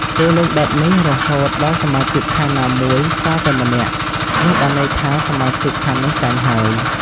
គេលេងបែបនេះរហូតដល់សមាជិកខាងណាមួយសល់តែម្នាក់ នោះបានន័យថាសមាជិកខាងនោះចាញ់ហើយ។